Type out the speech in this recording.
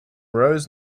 rose